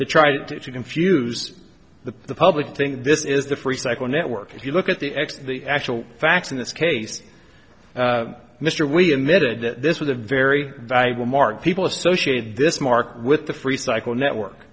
to try to confuse the public think this is the free cycle network if you look at the x the actual facts in this case mr we admitted that this was a very viable market people associated this market with the free cycle network